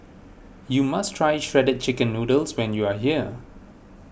you must try Shredded Chicken Noodles when you are here